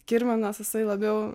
kirminas jisai labiau